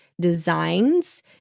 designs